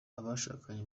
abashakanye